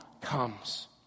comes